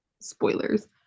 spoilers